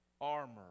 armor